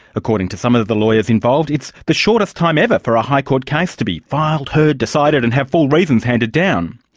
according to some of the the lawyers involved it's the shortest time ever for a high court case to be filed, heard, decided and have full reasons handed down.